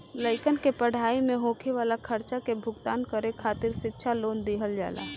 लइकन के पढ़ाई में होखे वाला खर्चा के भुगतान करे खातिर शिक्षा लोन दिहल जाला